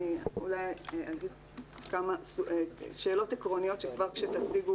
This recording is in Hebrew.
אני אגיד כמה שאלות עקרוניות שכבר כשתציגו